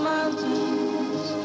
Mountains